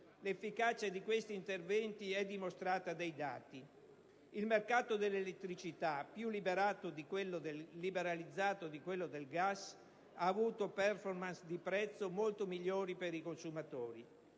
L'efficacia di questi interventi è dimostrata dai dati: il mercato dell'elettricità, più liberalizzato di quello del gas, ha avuto *performance* di prezzo molto migliori per i consumatori.